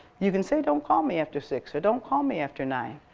you can say don't call me after six or don't call me after nine,